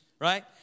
right